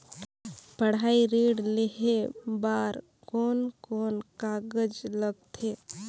पढ़ाई ऋण लेहे बार कोन कोन कागज लगथे?